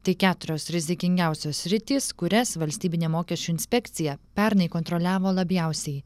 tai keturios rizikingiausios sritys kurias valstybinė mokesčių inspekcija pernai kontroliavo labiausiai